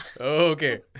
okay